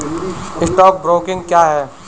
Stock broking क्या है?